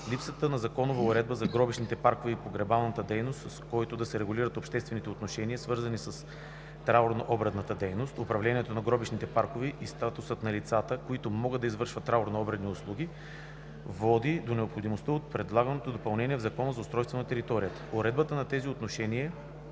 Липсата на законова уредба за гробищните паркове и погребалната дейност, с който да се регулират обществените отношения, свързани с траурно-обредната дейност, управлението на гробищните паркове и статусът на лицата, които могат да извършват траурно-обредни услуги, води но необходимостта от предлаганото допълнение в Закона за устройство на територията. Уредбата на тези отношения